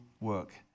work